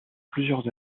plusieurs